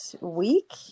week